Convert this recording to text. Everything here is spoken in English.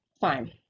fine